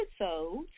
episodes